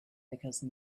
because